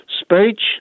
speech